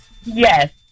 Yes